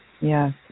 Yes